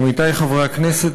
עמיתי חברי הכנסת,